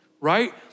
right